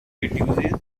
reduce